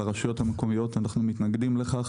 הרשויות המקומיות אנחנו מתנגדים לכך.